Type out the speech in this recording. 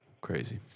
crazy